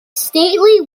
stately